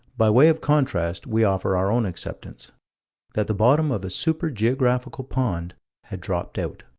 by way of contrast we offer our own acceptance that the bottom of a super-geographical pond had dropped out.